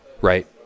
right